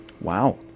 Wow